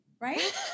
right